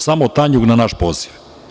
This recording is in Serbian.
Samo Tanjug na naš poziv.